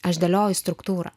aš dėlioju struktūrą